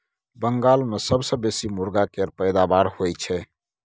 बंगाल मे सबसँ बेसी मुरगा केर पैदाबार होई छै